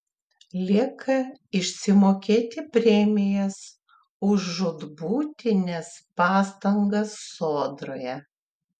lieka išsimokėti premijas už žūtbūtines pastangas sodroje